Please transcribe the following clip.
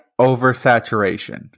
oversaturation